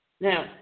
Now